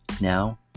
Now